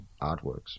artworks